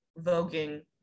voguing